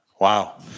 Wow